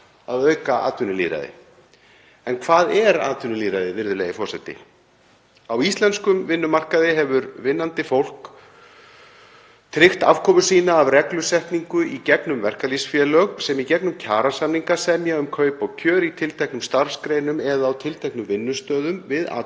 að auka atvinnulýðræði. En hvað er atvinnulýðræði, virðulegi forseti? Á íslenskum vinnumarkaði hefur vinnandi fólk tryggt aðkomu sína að reglusetningu í gegnum verkalýðsfélög, sem í gegnum kjarasamninga semja um kaup og kjör í tilteknum starfsgreinum eða á tilteknum vinnustöðum við atvinnurekendur